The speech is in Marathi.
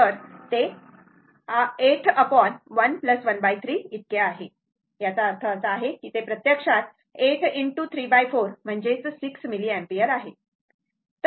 तर ते 8 1 ⅓ इतके आहे याचा अर्थ असा आहे की ते प्रत्यक्षात 8 × 3 4 म्हणजेच 6 मिलिअम्पियर आहे